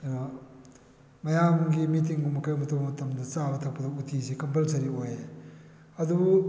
ꯃꯌꯥꯝꯒꯤ ꯃꯤꯇꯤꯡꯒꯨꯝꯕ ꯀꯔꯤꯒꯨꯝꯕ ꯇꯧꯕ ꯃꯇꯝꯗ ꯆꯥꯕ ꯊꯛꯄꯗ ꯎꯠꯇꯤꯁꯤ ꯀꯝꯄꯜꯁꯔꯤ ꯑꯣꯏꯌꯦ ꯑꯗꯨꯕꯨ